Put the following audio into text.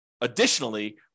additionally